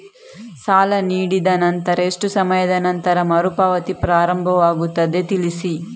ಸಾಲ ನೀಡಿದ ನಂತರ ಎಷ್ಟು ಸಮಯದ ನಂತರ ಮರುಪಾವತಿ ಪ್ರಾರಂಭವಾಗುತ್ತದೆ ತಿಳಿಸಿ?